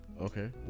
Okay